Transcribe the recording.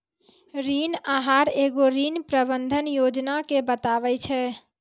ऋण आहार एगो ऋण प्रबंधन योजना के बताबै छै